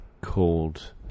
called